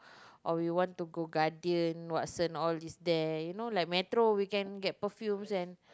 or we want to go Guardian Watson all these there you know like Metro we can get perfumes and